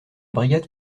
brigade